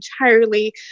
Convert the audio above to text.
entirely